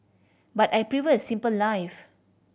but I prefer a simple life